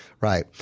right